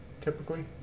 typically